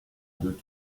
deux